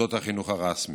למוסדות החינוך הרשמיים.